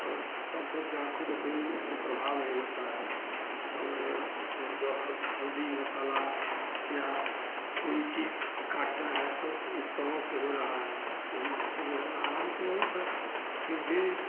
और औरतों की आँखों को कोई कुप्रभाव नहीं होता है और और जो हल्दी मसाला या कोई चीज़ काटना है सब उपकरणों से हो रहा है तो इससे जो है आराम तो बहुत है फिर भी